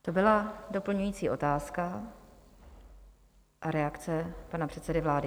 To byla doplňující otázka a reakce pana předsedy vlády.